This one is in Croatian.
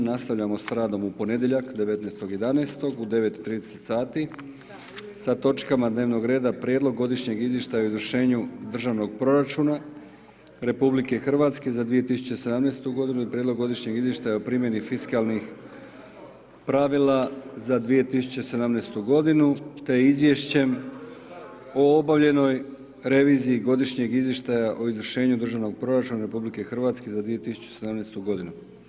Nastavljamo s radom u ponedjeljak 19.11. u 9,30 sati sa točkama dnevnog reda: - Prijedlog godišnjeg izvještaja o izvršenju državnog proračuna RH za 2017.-tu godinu i Prijedlog godišnjeg izvještaja o primjeni fiskalnih pravila za 2017.-tu godinu, te - Izvješće o obavljenoj reviziji godišnjeg izvještaja o izvršenju državnog proračuna RH za 2017.-tu godinu.